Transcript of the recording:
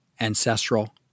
ancestral